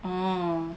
oh